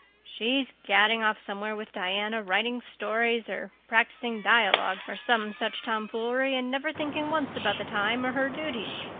she's gadding off somewhere with diana, writing stories or practicing dialogues or some such tomfoolery, and never thinking once about the time or her duties.